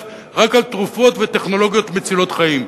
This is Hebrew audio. רק על תרופות וטכנולוגיות מצילות חיים.